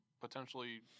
potentially